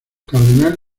cardenal